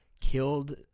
killed